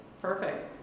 perfect